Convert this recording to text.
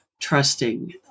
trusting